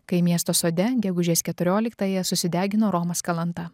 kai miesto sode gegužės keturioliktąją susidegino romas kalanta